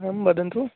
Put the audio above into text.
आं वदन्तु